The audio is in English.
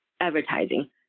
advertising